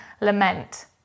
lament